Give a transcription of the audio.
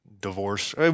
divorce